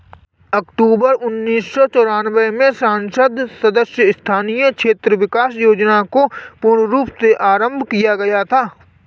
अक्टूबर उन्नीस सौ चौरानवे में संसद सदस्य स्थानीय क्षेत्र विकास योजना को पूर्ण रूप से आरम्भ किया गया था